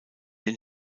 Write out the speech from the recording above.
den